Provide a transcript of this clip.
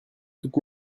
toutes